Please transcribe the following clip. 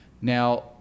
Now